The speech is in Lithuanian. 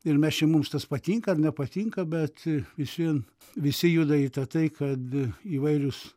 ir mes čia mums tas patinka ar nepatinka bet vis vien visi juda į tai kad įvairius